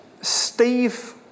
Steve